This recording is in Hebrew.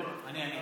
אני, אני.